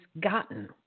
gotten